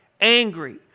angry